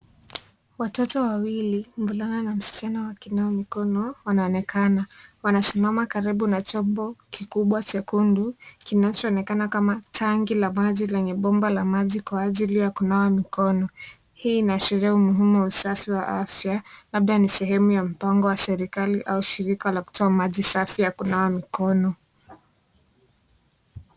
Watoto wa wawili, mvulana na msichana wakinawa mikono wanaonekana. Wanasimama karibu na chombo kikubwa chekundu kinachoonekana kama tangi la maji lenye bomba la maji kwa ajili ya kunawa mikono. Hii inaashiria umuhimu wa usafi wa afya. Labda ni sehemu ya mpango wa serikali au shirika la kutoa maji safi ya kunawa mikono.